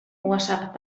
whatsapp